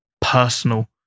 personal